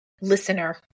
listener